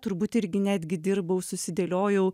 turbūt irgi netgi dirbau susidėliojau